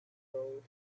gold